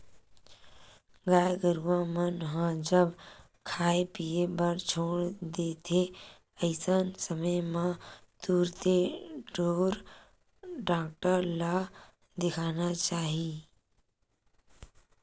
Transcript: गाय गरुवा मन ह जब खाय पीए बर छोड़ देथे अइसन समे म तुरते ढ़ोर डॉक्टर ल देखाना चाही